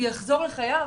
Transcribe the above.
יחזור לחייו?